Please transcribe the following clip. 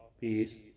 Peace